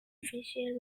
official